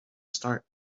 start